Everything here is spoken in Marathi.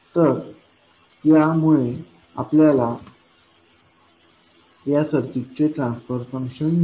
तर या मुळे आपल्याला या सर्किटचे ट्रान्सफर फंक्शन मिळेल